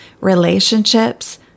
relationships